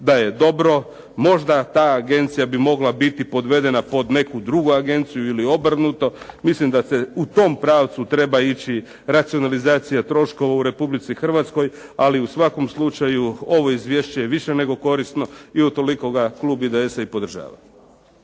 da je dobro. Možda ta agencija bi mogla biti podvedena pod neku drugu agenciju ili obrnuto. Mislim da u tom pravcu treba ići racionalizacija troškova u Republici Hrvatskoj. Ali u svakom slučaju ovo izvješće je više nego korisno i utoliko ga klub IDS-a i podržava.